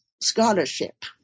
scholarship